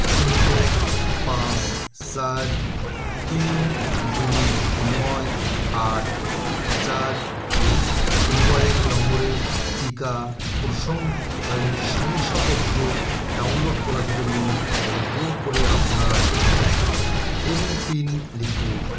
শূন্য পাঁচ চার তিন দুই নয় আট চার দুই মোবাইল নম্বরের টিকা প্রসং শংসাপত্র ডাউনলোড করার জন্য অনুগ্রহ করে আপনার এমপিন লিখুন